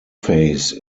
face